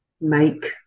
make